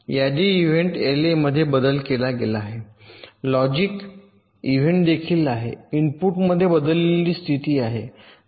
यादी इव्हेंट एलए मध्ये बदल केला गेला आहे लॉजिक इव्हेंट देखील आहे इनपुटमध्ये बदललेली स्थिती आहे